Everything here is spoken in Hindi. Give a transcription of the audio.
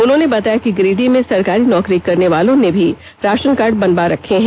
उन्होंने बताया कि गिरिडीह में सरकारी नौकरी करने वालों ने भी राशनकार्ड बनवा रखे हैं